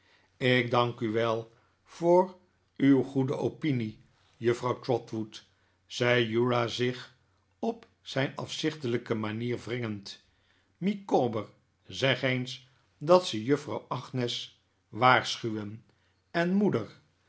ik dank u wel voor uw goede opinie juffrouw trotwood zei uriah zich op zijn afzichtelijke manier wringend micawber zeg eens dat ze juffrouw agnes waarschuwen en moeder